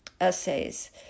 essays